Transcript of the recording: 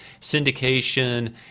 syndication